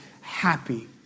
happy